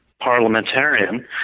parliamentarian